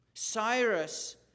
Cyrus